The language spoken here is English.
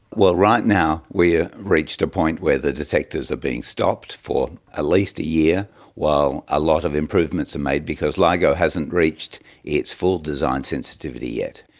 well, right now we've reached a point where the detectors are being stopped for at least a year while a lot of improvements are made because ligo hasn't reached its full design sensitivity yet.